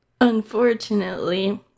Unfortunately